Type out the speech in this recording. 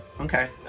okay